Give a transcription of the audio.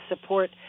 support